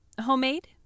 Homemade